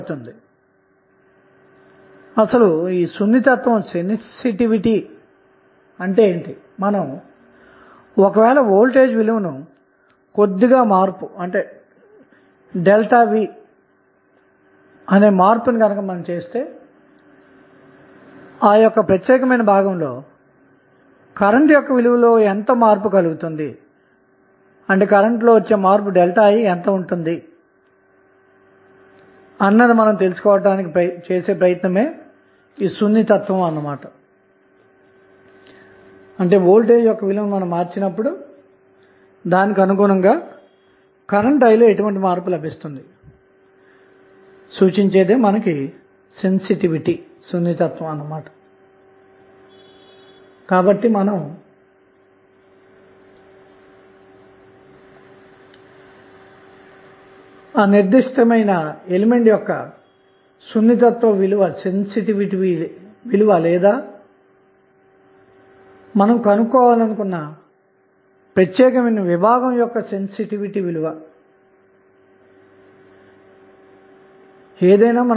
అందుకోసం ముందుగా స్వతంత్రమైన వోల్టేజ్ సోర్స్ ని షార్ట్ సర్క్యూట్ చేద్దాము ఆ పై ఆధారితమైన సోర్స్ ని సర్క్యూట్లో అలాగే వదిలి ఆపై వోల్టేజ్ లేదా కరెంటు సోర్స్ ని కనెక్ట్ చేసి RTh విలువను కనుక్కోవటానికి సర్క్యూట్ ని పరిష్కరిద్దాము